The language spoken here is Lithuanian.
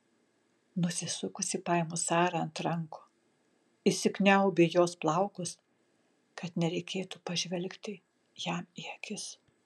nusisukusi paimu sarą ant rankų įsikniaubiu į jos plaukus kad nereikėtų pažvelgti jam į akis